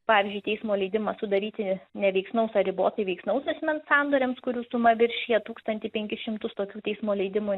pavyzdžiui teismo leidimas sudaryti neveiksnaus ar ribotai veiksnaus asmens sandoriams kurių suma viršija tūkstantį penkis šimtus tokių teismo leidimų